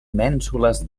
mènsules